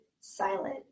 silent